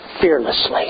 fearlessly